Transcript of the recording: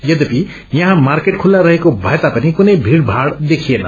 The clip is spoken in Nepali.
यद्वपि यहाँ मार्केट खुला रहेको भए तापनि कुनै भीड़माड़ देखिएन